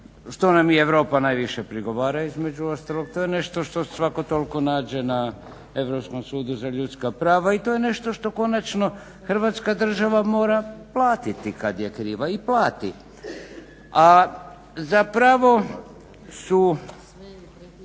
što nam i Europa najviše prigovara između ostalog, to je nešto što se svako toliko nađe na Europskom sudu za ljudska prava i to je nešto što konačno Hrvatska država mora platiti kad je kriva i plati. A zapravo su